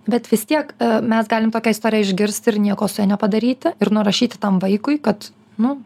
bet vis tiek mes galim tokią istoriją išgirst ir nieko nepadaryti ir nurašyti tam vaikui kad nu